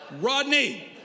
Rodney